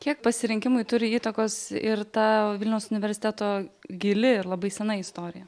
kiek pasirinkimui turi įtakos ir ta vilniaus universiteto gili ir labai sena istorija